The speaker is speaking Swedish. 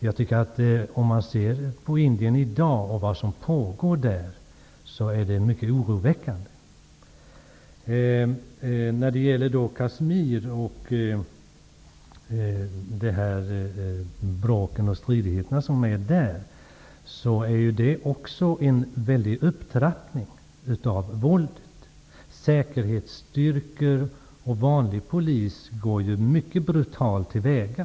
Jag tycker att det som i dag pågår i Indien är mycket oroväckande. Bråken och stridigheterna i Kashmir innebär en väldig upptrappning av våldet. Säkerhetsstyrkor och vanlig polis går ju mycket brutalt till väga.